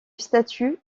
statue